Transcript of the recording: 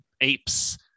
apes